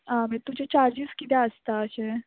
आं मागीर तुजे चार्जीस किदें आसता अशें